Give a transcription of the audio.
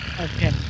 Okay